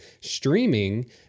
Streaming